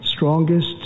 Strongest